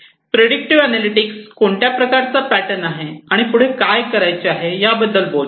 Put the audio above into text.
predictive analytics कोणत्या प्रकारचा pattern आहे आणि पुढे काय करायचे आहे याबद्दल बोलतात